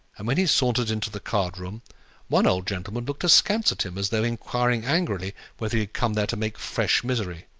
and when he sauntered into the card-room one old gentleman looked askance at him, as though inquiring angrily whether he had come there to make fresh misery.